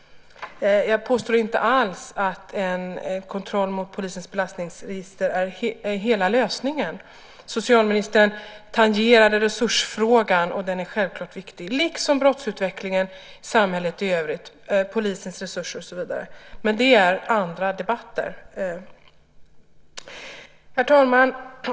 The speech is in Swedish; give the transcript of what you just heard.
Jag påstår inte alls att en kontroll mot polisens belastningsregister är hela lösningen. Socialministern tangerade resursfrågan, och den är självklart viktig, liksom brottsutvecklingen i samhället i övrigt, polisens resurser och så vidare, men det är andra debatter. Herr talman!